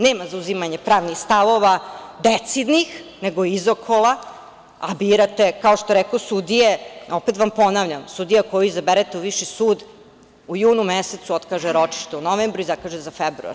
Nema zauzimanja pravnih stavova decidnih, nego izokola, a birate, kao što rekoh sudije, opet vam ponavljam sudija koju izaberete u viši sud u junu mesecu otkaže ročište u novembru i zakaže za februar.